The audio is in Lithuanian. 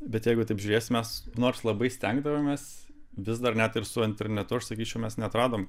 bet jeigu taip žiūrėsim mes nors labai stengdavomės vis dar net ir su internetu aš sakyčiau mes neatradom